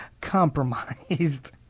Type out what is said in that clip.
compromised